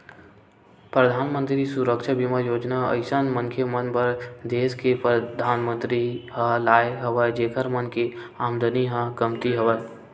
परधानमंतरी सुरक्छा बीमा योजना अइसन मनखे मन बर देस के परधानमंतरी ह लाय हवय जेखर मन के आमदानी ह कमती हवय